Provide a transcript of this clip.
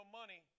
money